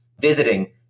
visiting